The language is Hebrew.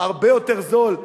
הרבה יותר זול,